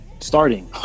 starting